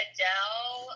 Adele